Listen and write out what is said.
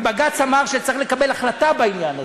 ובג"ץ אמר שצריך לקבל החלטה בעניין הזה.